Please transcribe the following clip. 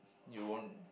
you won't